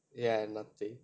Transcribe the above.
ya நத்தை:natthai